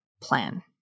plan